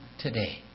today